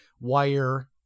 wire